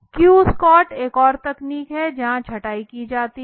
Q sort एक और तकनीक है यह छँटाई की जाती है